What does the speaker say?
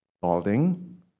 balding